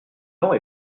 dents